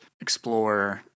explore